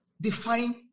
define